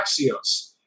Axios